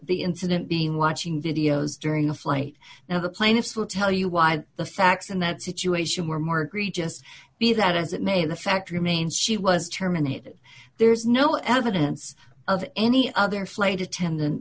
the incident being watching videos during a flight now the plaintiffs will tell you why the facts in that situation were more agree just be that as it may the fact remains she was terminated there is no evidence of any other flight attendant